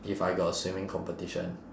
if I got swimming competition